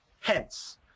Hence